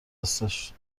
هستش